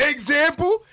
Example